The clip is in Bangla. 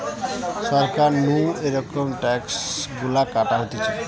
সরকার নু এরম ট্যাক্স গুলা কাটা হতিছে